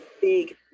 big